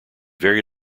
very